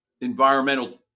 environmental